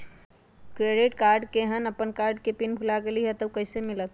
Credit card केहन अपन card के पिन भुला गेलि ह त उ कईसे मिलत?